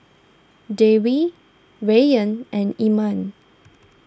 Dewi Rayyan and Iman